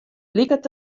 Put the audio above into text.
liket